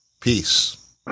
Peace